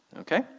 Okay